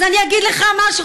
אז אני אגיד לך משהו,